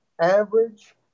average